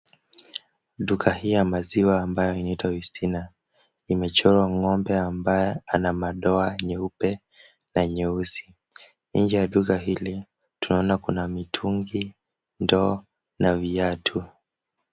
Duka hili ya maziwa ambayo inaitwa Westina, imechorwa ng'ombe ambaye ana madoa meupe na meusi. Nje ya duka hili tunaona kuna mitungi, ndoo na viatu.